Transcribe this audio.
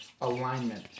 alignment